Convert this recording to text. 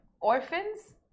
orphans